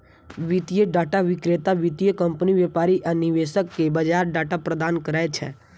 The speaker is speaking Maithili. वित्तीय डाटा विक्रेता वित्तीय कंपनी, व्यापारी आ निवेशक कें बाजार डाटा प्रदान करै छै